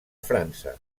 frança